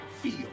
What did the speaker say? feel